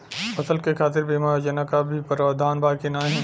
फसल के खातीर बिमा योजना क भी प्रवाधान बा की नाही?